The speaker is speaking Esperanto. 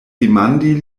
demandi